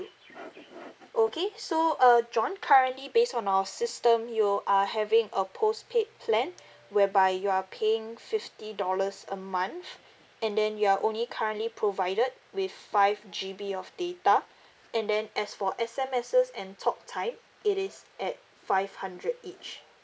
okay so uh john currently based on our system you are having a postpaid plan whereby you are paying fifty dollars a month and then you're only currently provided with five G_B of data and then as for S_M_Ses and talk time it is at five hundred each